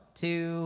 two